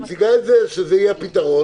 את מציגה שזה יהיה הפתרון,